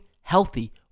healthy